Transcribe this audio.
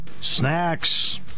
snacks